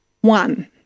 one